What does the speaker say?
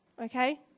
Okay